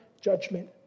judgment